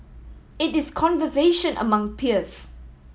it is conversation among peers